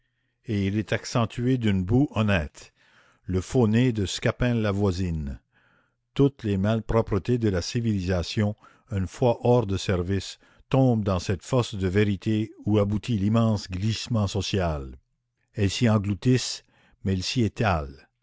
et il est accentué d'une boue honnête le faux nez de scapin l'avoisine toutes les malpropretés de la civilisation une fois hors de service tombent dans cette fosse de vérité où aboutit l'immense glissement social elles s'y engloutissent mais elles s'y étalent